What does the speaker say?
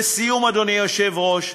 לסיום, אדוני היושב-ראש,